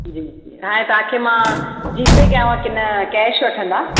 जी हाणे तव्हांखे मां जीपे कयांव की न कैश वठंदा